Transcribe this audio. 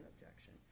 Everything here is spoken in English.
objection